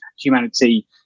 humanity